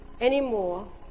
anymore